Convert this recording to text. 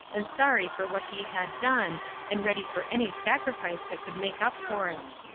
and sorry for what he had done and ready for any sacrifice that could make up for it.